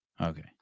Okay